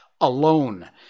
alone